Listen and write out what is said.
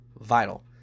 vital